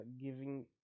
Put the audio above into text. giving